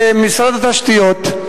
ממשרד התשתיות.